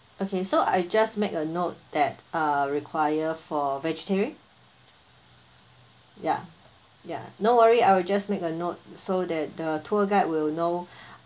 okay so I just make a note that uh require for vegetarian ya ya no worry I will just make a note so that the tour guide will know